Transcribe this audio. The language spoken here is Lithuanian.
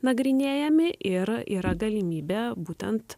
nagrinėjami ir yra galimybė būtent